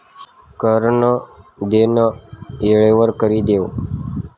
कर नं देनं येळवर करि देवं